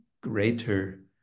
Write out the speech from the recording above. greater